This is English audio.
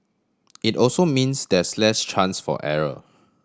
it also means there's less chance for error